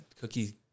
cookie